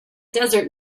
desert